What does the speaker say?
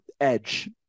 Edge